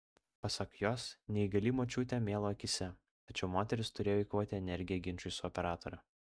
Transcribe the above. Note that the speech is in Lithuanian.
pasak jos neįgali močiutė mėlo akyse tačiau moteris turėjo eikvoti energiją ginčui su operatore